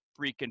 freaking